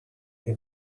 you